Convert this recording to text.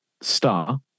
Star